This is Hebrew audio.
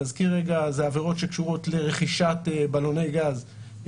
זה אומר שבין 20 ל-100 לקוחות כאלה יש בשנה,